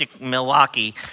Milwaukee